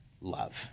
love